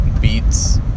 beats